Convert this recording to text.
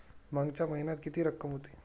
मागच्या महिन्यात किती रक्कम होती?